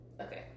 Okay